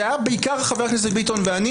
זה היה בעיקר חבר הכנסת ביטון ואני